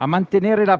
a mantenere la